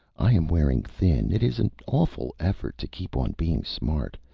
i am wearing thin. it is an awful effort to keep on being smart.